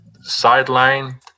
sideline